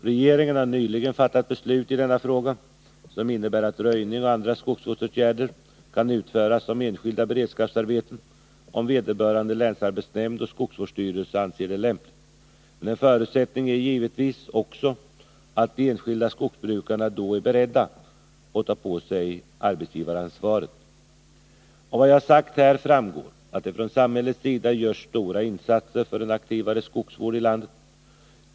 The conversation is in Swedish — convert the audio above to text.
Regeringen har nyligen fattat beslut i denna fråga som innebär att röjning och andra skogsvårdsåtgärder kan utföras som enskilda beredskapsarbeten om vederbörande länsarbetsnämnd och skogsvårdsstyrelse anser det lämpligt. Men en förutsättning är givetvis också att de enskilda skogsbrukarna då är beredda att ta på sig arbetsgivaransvaret. Av vad jag har sagt här framgår att det från samhällets sida görs stora insatser för en aktivare skogsvård i landet.